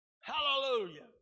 hallelujah